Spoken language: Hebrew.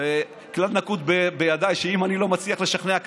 וכלל נקוט בידי שאם אני לא מצליח לשכנע,